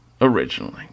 originally